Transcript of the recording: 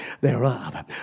thereof